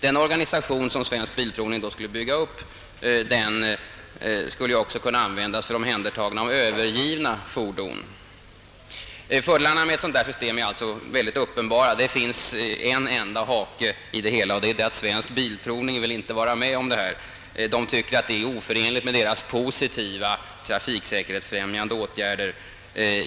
Den organisation som AB Svensk bilprovning skulle bygga upp kunde ju också användas för omhändertagna och övergivna fordon. Fördelarna med systemet är uppenbara. Det finns en enda hake i det hela, och det är att AB Svensk bilprovning inte vill vara med. Företaget tycker att det är oförenligt med dess positiva trafiksäkerhetsfrämjande åtgärder.